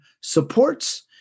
supports